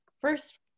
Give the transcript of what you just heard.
First